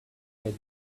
had